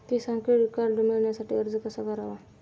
किसान credit card मिळवण्यासाठी अर्ज कसा करावा?